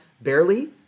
barely